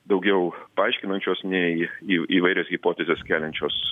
daugiau paaiškinančios nei į įvairias hipotezes keliančios